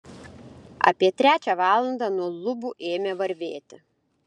apie trečią valandą nuo lubų ėmė varvėti